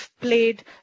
played